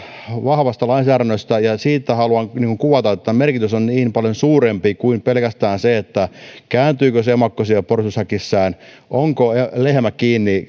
vahvasta lainsäädännöstä ja sitä haluan kuvailla että tämän merkitys on niin paljon suurempi kuin pelkästään se että kääntyykö se emakko siellä porsashäkissään onko lehmä kiinni